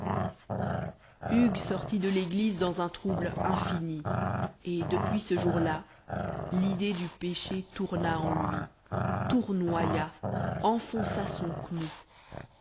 hugues sortit de l'église dans un trouble infini et depuis ce jour-là l'idée du péché tourna en lui tournoya enfonça son clou